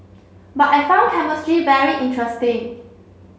but I found chemistry very interesting